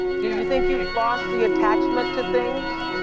do you think you've lost the attachment to things?